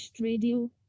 Radio